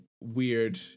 weird